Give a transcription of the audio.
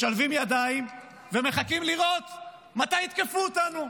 משלבים ידיים ומחכים לראות מתי יתקפו אותנו.